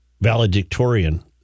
valedictorian